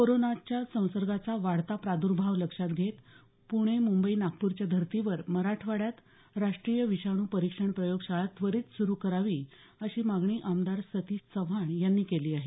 कोरोनाचा संसर्गाचा वाढता प्रादुर्भाव लक्षात पुणे मुंबई नागपूरच्या धर्तीवर मराठवाड्यात राष्ट्रीय विषाणू परीक्षण प्रयोगशाळा त्वरीत सुरू करावी अशी मागणी आमदार सतीश चव्हाण यांनी केली आहे